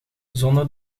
zonder